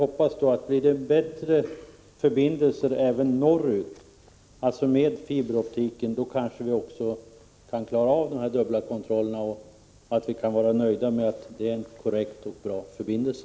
Om det blir bättre förbindelser även norrut med fiberoptiken, kan man kanske hoppas att vi också kan klara av dessa dubbla kontroller — och att vi kan vara nöjda därför att det blir en korrekt och bra förbindelse.